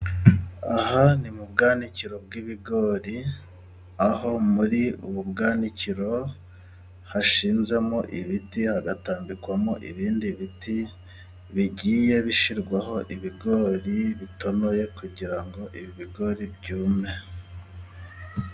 Aha ni mu bwanikiro bw'ibigori ,aho muri ubu bwanikiro, hashinzemo ibiti ,hagatambikwamo ibindi biti ,bigiye bishyirwaho ibigori bitonoye kugira ngo ibigori byume.